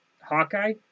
Hawkeye